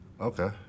Okay